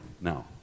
Now